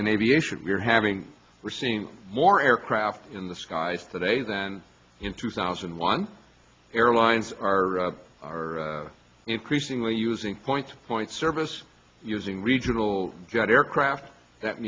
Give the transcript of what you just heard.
in aviation we're having we're seeing more aircraft in the skies today than in two thousand and one airlines are are increasingly using point to point service using regional jet aircraft that